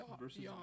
versus